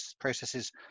processes